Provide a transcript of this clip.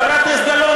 חברת הכנסת גלאון,